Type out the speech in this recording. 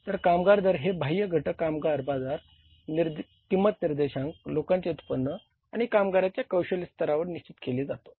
तर कामगार दर हे बाह्य घटक कामगार बाजार किंमत निर्देशांक लोकांचे उत्पन्न आणि कामगारांच्या कौशल्य स्तरावर निश्चित केला जातो